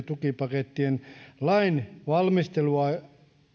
tukipakettien lainvalmisteluakaan